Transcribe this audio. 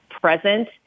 present